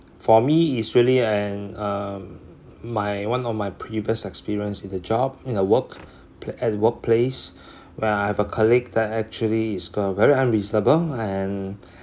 for me it's really and um my one of my previous experience in the job in the work p~ as workplace where I have a colleague there actually is a girl very unreasonable and